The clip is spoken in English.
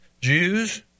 Jews